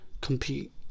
compete